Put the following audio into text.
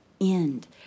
end